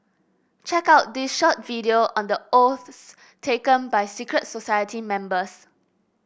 check out this short video on the oaths taken by secret society members